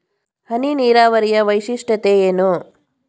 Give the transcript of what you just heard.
ಹನಿ ನೀರಾವರಿಯ ವೈಶಿಷ್ಟ್ಯತೆ ಏನು?